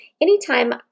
anytime